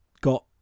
got